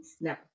no